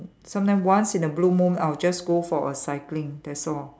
sometimes once in a blue moon I will just go for a cycling that's all